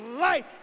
life